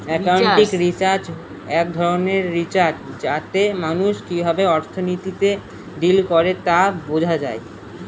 accounting research এক ধরনের research যেটাতে মানুষ কিভাবে অর্থনীতিতে ডিল করে তা বোঝা যায়